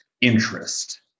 interest